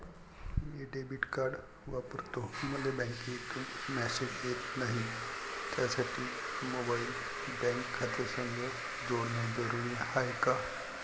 मी debit card वापरतो मले बँकेतून मॅसेज येत नाही, त्यासाठी मोबाईल बँक खात्यासंग जोडनं जरुरी हाय का?